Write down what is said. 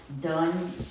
done